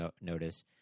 notice